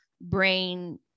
brain